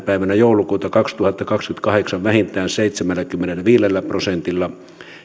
päivänä joulukuuta kaksituhattakaksikymmentäkahdeksan vähintään seitsemälläkymmenelläviidellä prosentilla